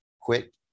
Quit